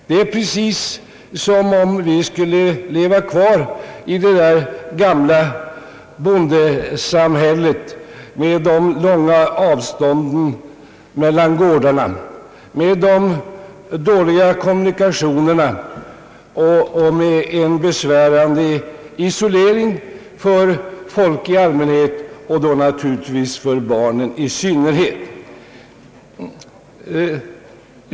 Det är precis som om vi skulle leva kvar i det gamla bondesamhället med de långa avstånden mellan gårdarna, med de dåliga kommunikationerna och med en besvärande isolering för folk i allmänhet och naturligtvis för barn i synnerhet.